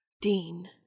Dean